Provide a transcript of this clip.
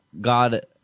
God